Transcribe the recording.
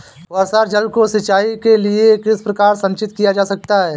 वर्षा जल को सिंचाई के लिए किस प्रकार संचित किया जा सकता है?